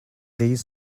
these